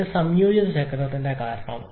പിന്നെ സംയോജിത ചക്രത്തിന്റെ കാര്യമോ